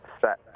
set